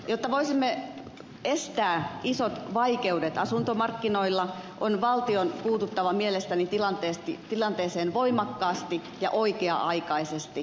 jotta voisimme estää isot vaikeudet asuntomarkkinoilla on valtion puututtava mielestäni tilanteeseen voimakkaasti ja oikea aikaisesti